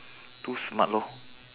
too smart lor